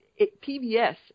PBS